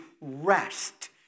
rest